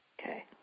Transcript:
Okay